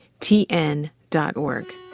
TN.org